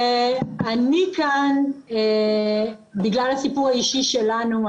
אני כאן בגלל הסיפור האישי שלנו,